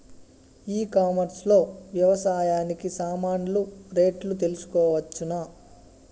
E commerce లో వ్యవసాయానికి సామాన్లు రేట్లు తెలుసుకోవచ్చునా?